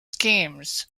schemes